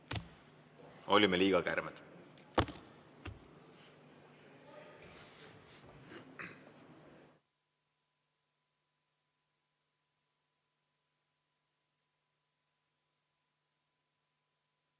Olime liiga kärmed.V